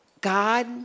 God